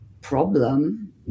problem